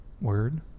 word